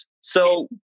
So-